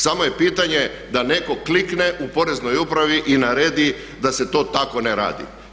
Samo je pitanje da netko klikne u Poreznoj upravi i naredi da se to tako ne radi.